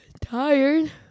Tired